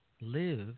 live